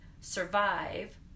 survive